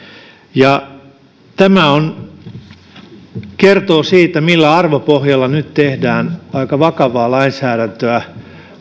tämä kertoo siitä millä arvopohjalla nyt tehdään aika vakavaa lainsäädäntöä